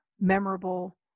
memorable